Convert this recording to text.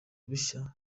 bushya